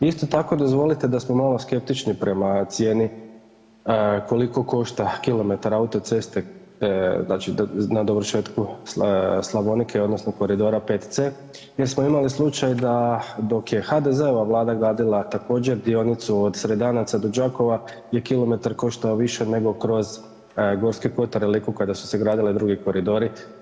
Isto tako dozvolite da smo malo skeptični prema cijeni koliko košta kilometar autoceste znači na dovršetku Slavonike odnosno koridora 5C jer smo imali slučaj da dok je HDZ-ova Vlada gradila također dionicu od Sredanaca do Đakova je kilometar koštao više nego kroz Gorski kotar i Liku kada su se gradili drugi koridori.